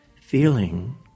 feeling